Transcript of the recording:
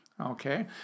Okay